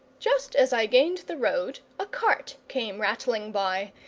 just as i gained the road a cart came rattling by,